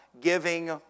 giving